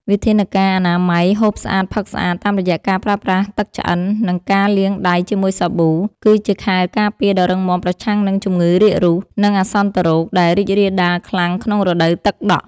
វិធានការអនាម័យ ហូបស្អាត ផឹកស្អាត តាមរយៈការប្រើប្រាស់ទឹកឆ្អិន និងការលាងដៃជាមួយសាប៊ូ គឺជាខែលការពារដ៏រឹងមាំប្រឆាំងនឹងជំងឺរាគរូស និងអាសន្នរោគដែលរីករាលដាលខ្លាំងក្នុងរដូវទឹកដក់។